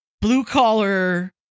blue-collar